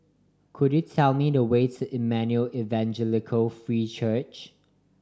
could you tell me the way to Emmanuel Evangelical Free Church